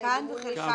חלקן וחלקן.